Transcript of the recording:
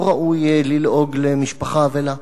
לא ראוי ללעוג למשפחה אבלה.